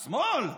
שמאל,